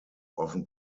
often